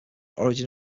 origin